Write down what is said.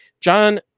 John